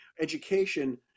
education